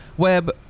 web